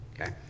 Okay